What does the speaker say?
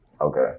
Okay